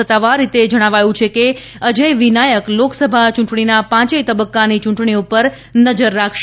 સત્તાવાર રીતે જણાવાયું કે નાયક લોકસભા ચ્રંટણીના પાંચેય તબક્કાની ચૂંટણી પર નજર રાખશે